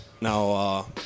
Now